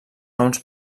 noms